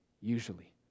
usually